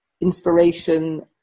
inspiration